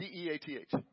Death